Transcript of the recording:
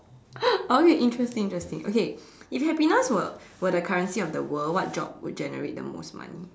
okay interesting interesting okay if happiness were were the currency of the world what job would generate the most money